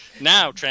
Now